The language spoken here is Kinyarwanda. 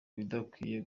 bidakwiye